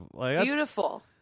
Beautiful